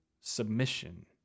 submission